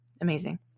Amazing